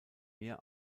mehr